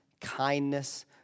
kindness